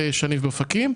פסח.